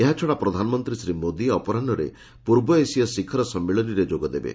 ଏହାଛଡ଼ା ପ୍ରଧାନମନ୍ତ୍ରୀ ଶ୍ରୀ ମୋଦି ଅପରାହ୍ନରେ ପୂର୍ବ ଏସିଆ ଶିଖର ସମ୍ମିଳନୀରେ ଯୋଗଦେବେ